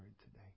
today